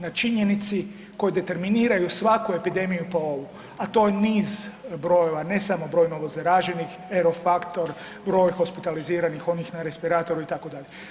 Na činjenici koje determiniraju svaku epidemiju pa i ovu, a to je niz brojeva, ne samo broj novo zaraženih, erofaktor, broj hospitaliziranih, onih na respiratoru itd.